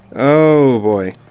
oh boy.